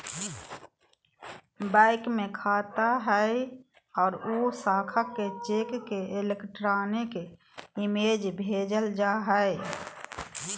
bank में खाता हइ और उ शाखा के चेक के इलेक्ट्रॉनिक इमेज भेजल जा हइ